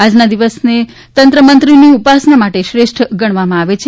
આજના દિવસને તંત્ર મંત્રની ઉપાસના માટે શ્રેષ્ઠ ગણવામાં આવે છે